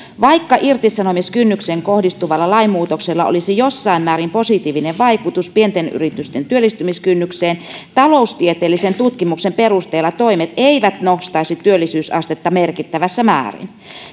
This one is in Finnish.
vaikka irtisanomiskynnykseen kohdistuvalla lainmuutoksella olisi jossain määrin positiivinen vaikutus pienten yritysten työllistämiskynnykseen taloustieteellisen tutkimuksen perusteella toimet eivät nostaisi työllisyysastetta merkittävässä määrin